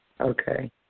Okay